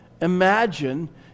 Imagine